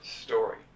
story